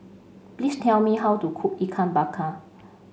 please tell me how to cook Ikan Bakar